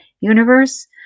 universe